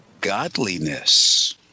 godliness